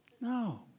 No